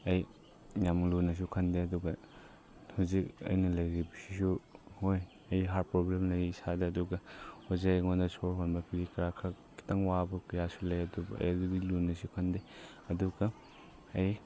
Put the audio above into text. ꯑꯩ ꯌꯥꯝ ꯂꯨꯅꯁꯨ ꯈꯟꯗꯦ ꯑꯗꯨꯒ ꯍꯧꯖꯤꯛ ꯑꯩꯅ ꯂꯩꯔꯤꯕꯁꯤꯁꯨ ꯍꯣꯏ ꯑꯩ ꯍꯥꯔꯠ ꯄ꯭ꯔꯣꯕ꯭ꯂꯦꯝ ꯂꯩ ꯏꯁꯥꯗ ꯑꯗꯨꯒ ꯍꯧꯖꯤꯛ ꯑꯩꯉꯣꯟꯗ ꯁꯣꯔ ꯍꯣꯟꯕꯒꯤ ꯀꯔꯤ ꯀꯔꯥ ꯈꯔ ꯈꯤꯇꯪ ꯋꯥꯕ ꯀꯌꯥꯁꯨ ꯂꯩ ꯑꯗꯨꯕꯨ ꯑꯩ ꯑꯗꯨꯗꯤ ꯂꯨꯅꯁꯨ ꯈꯟꯗꯦ ꯑꯗꯨꯒ ꯑꯩ